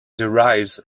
derives